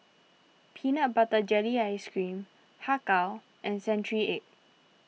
Peanut Butter Jelly Ice Cream Har Kow and Century Egg